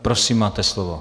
Prosím, máte slovo.